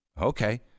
Okay